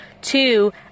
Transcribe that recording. Two